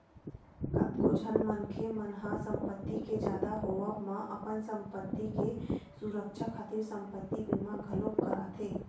कतको झन मनखे मन ह संपत्ति के जादा होवब म अपन संपत्ति के सुरक्छा खातिर संपत्ति बीमा घलोक कराथे